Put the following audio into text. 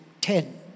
Ten